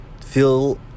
Feel